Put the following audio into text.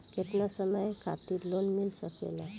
केतना समय खातिर लोन मिल सकेला?